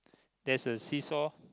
there's a see saw